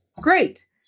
Great